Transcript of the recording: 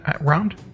round